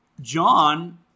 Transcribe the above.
John